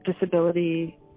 disability